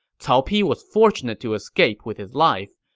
cao pi was fortunate to escape with his life,